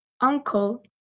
uncle